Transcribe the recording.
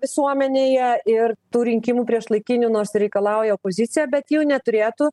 visuomenėje ir tų rinkimų priešlaikinių nors ir reikalauja opozicija bet jų neturėtų